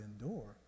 endure